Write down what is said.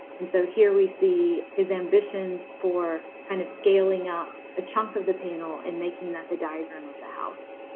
and so here we see his ambitions for kind of scaling up a chunk of the panel and making that the diagram of the house,